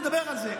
נדבר על זה.